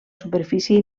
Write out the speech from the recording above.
superfície